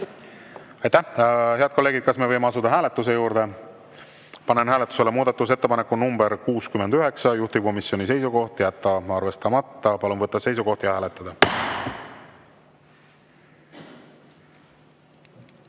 Aitäh! Head kolleegid, kas me võime asuda hääletuse juurde? Panen hääletusele muudatusettepaneku nr 69, juhtivkomisjoni seisukoht on jätta arvestamata. Palun võtta seisukoht ja hääletada!